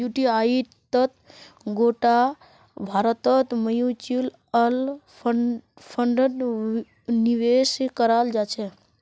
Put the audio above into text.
युटीआईत गोटा भारतेर म्यूच्यूअल फण्ड निवेश कराल जाहा